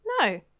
No